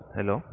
Hello